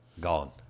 Gone